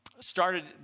started